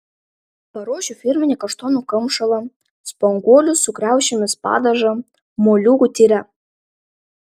paruošiu firminį kaštonų kamšalą spanguolių su kriaušėmis padažą moliūgų tyrę